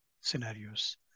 scenarios